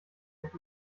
recht